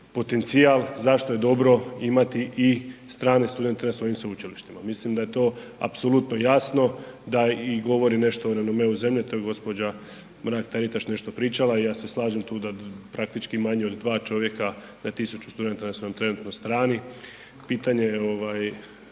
potencijal zašto je dobro imati i strane studente na svojim sveučilištima. Mislim da je to apsolutno jasno, da govori nešto i o renomeu zemlje, to je gđa. Mrak-Taritaš nešto pričala i ja se slažem tu da praktički manje od 2 čovjeka na 1000 studenta da su nam trenutno strani. Pitanje i